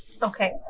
Okay